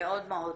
מאוד מהותית.